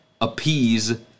appease